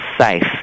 safe